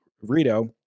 Rito